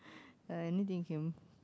anything came